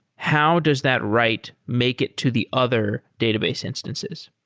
how does that write make it to the other database instances?